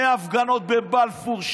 מהפגנות בבלפור,